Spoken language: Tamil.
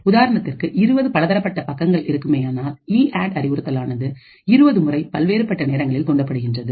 உதாரணத்திற்கு 20 பலதரப்பட்ட பக்கங்கள் இருக்குமேயானால் இஅட் அறிவுறுத்தல் ஆனது 20 முறை பல்வேறுபட்ட நேரங்களில் தூண்டப்படுகிறது